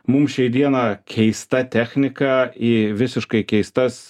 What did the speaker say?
mum šiai dieną keista technika į visiškai keistas